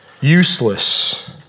useless